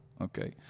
Okay